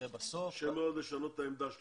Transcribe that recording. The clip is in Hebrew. קשה מאוד לשנות את העמדה שלו.